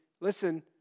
Listen